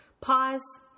Pause